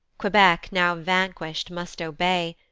quebec now vanquish'd must obey,